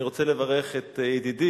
אני רוצה לברך את ידידי